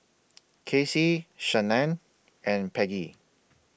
Kacey Shannan and Peggie